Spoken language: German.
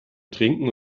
trinken